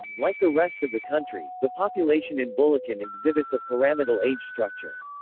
like the rest of the country, the population in bulakan exhibits a pyramidal age structure.